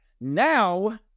Now